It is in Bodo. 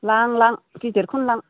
लां लां गिदिरखौनो लां